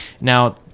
now